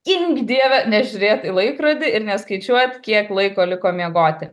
gink dieve nežiūrėt į laikrodį ir neskaičiuot kiek laiko liko miegoti